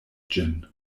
ĝin